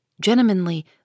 gentlemanly